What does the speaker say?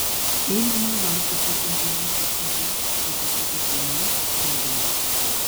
einame varpučiu užžėlusia ežia pro kažkokius jaunus sodinius